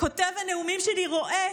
כותב הנאומים שלי רואה